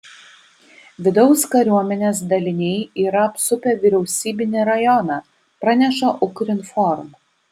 vidaus kariuomenės daliniai yra apsupę vyriausybinį rajoną praneša ukrinform